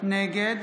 נגד